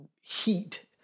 heat